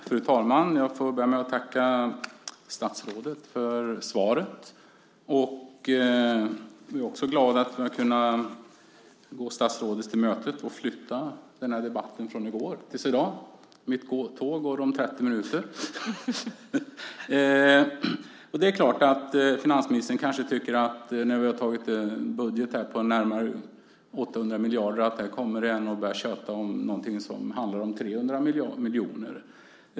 Fru talman! Jag vill börja med att tacka statsrådet för svaret. Jag är glad att jag kunnat gå statsrådet till mötes genom att vi flyttat debatten från gårdagen till i dag. Mitt tåg går om 30 minuter. När vi antagit en budget på närmare 800 miljarder kanske finansministern tänker att här kommer det en och börjar tjata om 300 miljoner.